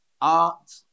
art